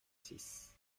six